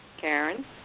Karen